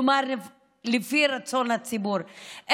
כלומר לפי רצון הציבור,